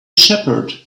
shepherd